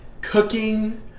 cooking